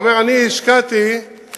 הוא אומר: אני השקעתי בביוב,